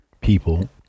people